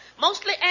Mostly